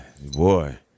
boy